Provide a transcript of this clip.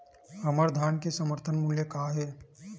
हमर धान के समर्थन मूल्य का हे?